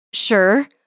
Sure